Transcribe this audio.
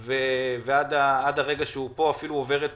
הם עולים ועד הרגע שהוא פה, אפילו עובר את